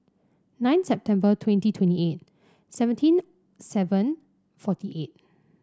nine September twenty twenty eight seventeen seven forty eight